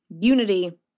unity